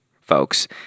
folks